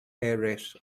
heiress